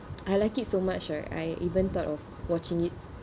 I like it so much right I even thought of watching it